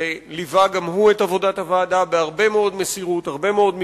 שליווה גם הוא את עבודת הוועדה בהרבה מאוד מסירות והרבה מאוד מקצועיות.